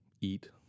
Eat